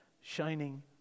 shining